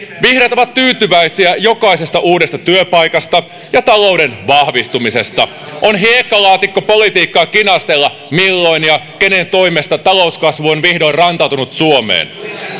vihreät ovat tyytyväisiä jokaisesta uudesta työpaikasta ja talouden vahvistumisesta on hiekkalaatikkopolitiikkaa kinastella milloin ja kenen toimesta talouskasvu on vihdoin rantautunut suomeen